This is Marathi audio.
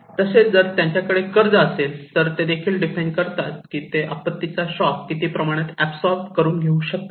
तसेच जर त्यांच्याकडे कर्ज असेल तर ते देखील डिफाइन करतात की ते आपत्तीचा शॉक किती प्रमाणात ऍबसॉरब करून घेऊ शकतात